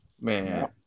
man